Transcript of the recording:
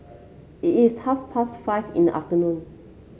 it's half past five in the afternoon